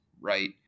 right